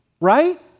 right